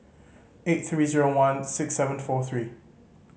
eight three zero one six seven four three